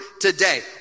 today